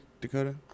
Dakota